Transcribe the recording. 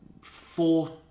four